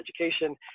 education